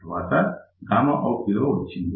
తరువాత out విలువ వచ్చింది